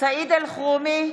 סעיד אלחרומי,